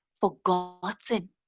forgotten